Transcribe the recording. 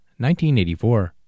1984